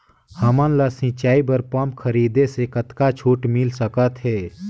हमन ला सिंचाई बर पंप खरीदे से कतका छूट मिल सकत हे?